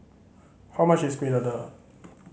how much is Kueh Dadar